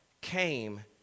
came